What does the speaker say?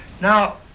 Now